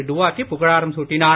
டுவார்டி புகழாராம் சூட்டினார்